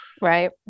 right